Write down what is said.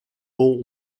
vol